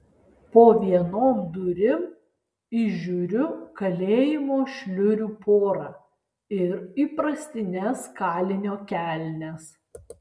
po vienom durim įžiūriu kalėjimo šliurių porą ir įprastines kalinio kelnes